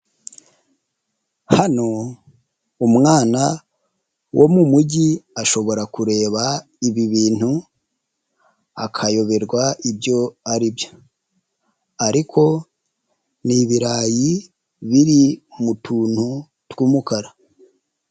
Hano umwana wo mu mujyi ashobora kureba ibi bintu akayoberwa ibyo aribyo ariko n'ibirayi biri mu tuntu tw'umukara.